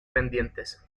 pendientes